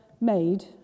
made